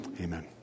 Amen